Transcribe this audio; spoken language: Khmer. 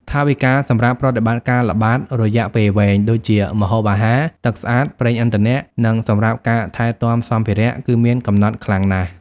ថវិកាសម្រាប់ប្រតិបត្តិការល្បាតរយៈពេលវែង ដូចជា ម្ហូបអាហារ ទឹកស្អាត ប្រេងឥន្ធនៈ និងសម្រាប់ការថែទាំសម្ភារៈ គឺមានកំណត់ខ្លាំងណាស់។